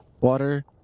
water